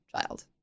child